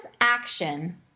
action